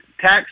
tax